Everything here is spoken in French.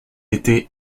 été